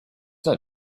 not